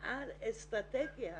על אסטרטגיה